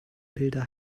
bilder